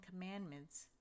commandments